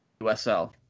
USL